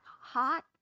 hot